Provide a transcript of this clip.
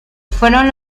fueron